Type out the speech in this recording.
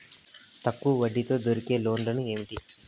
తక్కువ వడ్డీ తో దొరికే లోన్లు ఏమేమి